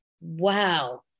Wow